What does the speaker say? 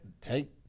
take